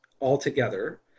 altogether